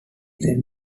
then